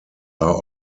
are